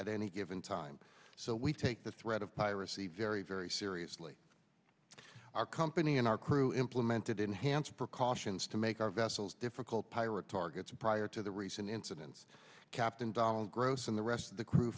at any given time so we take the threat of piracy very very seriously our company and our crew implemented enhanced precautions to make our vessels difficult pirate targets prior to the recent incidents captain dahlan gross and the rest of the crew